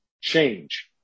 change